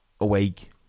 awake